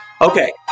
Okay